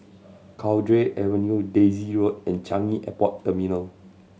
Cowdray Avenue Daisy Road and Changi Airport Terminal